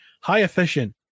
high-efficient